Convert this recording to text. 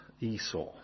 Esau